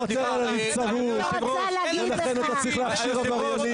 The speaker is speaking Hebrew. ולכן אתה צריך לוותר על הנבצרות ולכן אתה צריך להכשיר עבריינים.